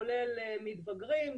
כולל מתבגרים,